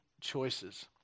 choices